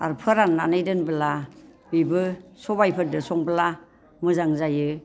आरो फोराननानै दोनब्ला बेबो सबायफोरजों संब्ला मोजां जायो